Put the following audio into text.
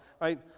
right